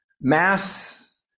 Mass